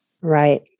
Right